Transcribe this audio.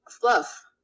fluff